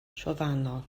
trofannol